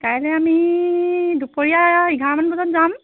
কাইলৈ আমি দুপৰীয়া এঘাৰমান বজাত যাম